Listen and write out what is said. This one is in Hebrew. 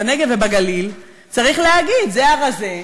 בנגב ובגליל צריך להגיד: זה הרזה,